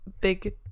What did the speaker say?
big